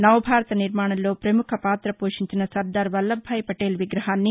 నవభారత నిర్మాణంలో పముఖ పాత పోషించిన సర్దార్ వల్లభ్ భాయ్ పటేల్ విగ్రహాన్ని